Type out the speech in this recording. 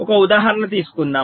ఒక ఉదాహరణ తీసుకుందాం